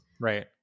right